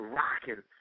rocking